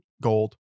Gold